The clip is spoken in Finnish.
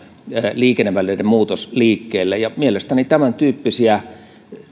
liikennevälineiden muutos liikkeelle ja mielestäni tämäntyyppisiä